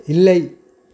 இல்லை